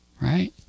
Right